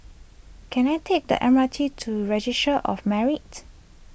can I take the M R T to Registry of Marriages